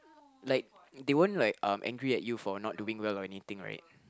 like they won't like um angry at you for not doing well or anything right